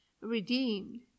redeemed